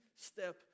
step